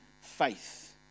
faith